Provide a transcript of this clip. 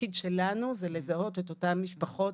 התפקיד שלנו זה לזהות את אותן משפחות